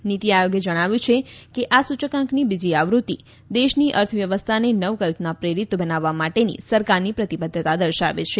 નીતી આયોગે જણાવ્યું છે કે આ સૂચકાંકની બીજી આવૃત્તિ દેશની અર્થવ્યવસ્થાને નવકલ્પના પ્રેરિત બનાવવા માટેની સરકારની પ્રતિબદ્ધતા દર્શાવે છે